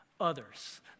others